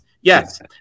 Yes